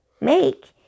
make